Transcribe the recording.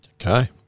Okay